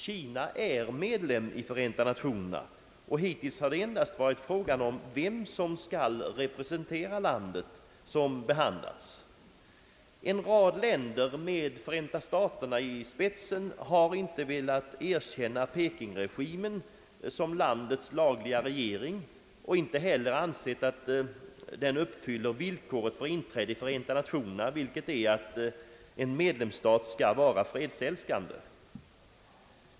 Kina är medlem i Förenta Nationerna, och hittills har det endast varit frågan om vem som skall representera landet som behandlats. En rad länder med Förenta staterna i spetsen har inte velat erkänna pekingregimen som landets lagliga regering och inte heller ansett att den uppfyller villkoret för inträde i Förenta Nationerna, nämligen att en medlemsstat skall vara fredsälskande.